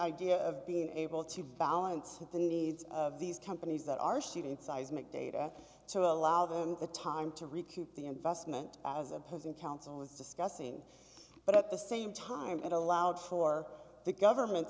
idea of being able to balance the needs of these companies that are shooting seismic data to allow them the time to recoup the investment as opposing counsel is discussing but at the same time it allowed for the government